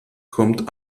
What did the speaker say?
kommt